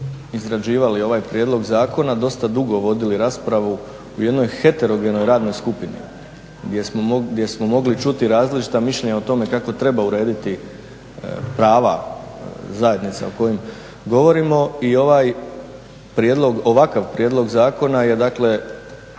izrađivali ovaj prijedlog zakona, dosta dugo vodili raspravu u jednoj heterogenoj radnoj skupini gdje smo mogli čuti različita mišljenja o tome kako treba urediti prava zajednica o kojima govorimo. I ovaj prijedlog, ovakav Prijedlog zakona je dakle